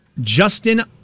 Justin